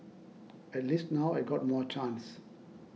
at least now I got more chance